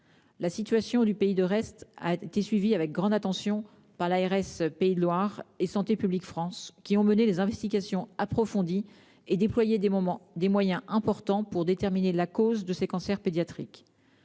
La situation du Pays de Retz a été suivie avec grande attention par l'ARS Pays de Loire et Santé publique France, qui ont mené les investigations approfondies et déployé des moyens importants pour déterminer la cause de ces cancers pédiatriques.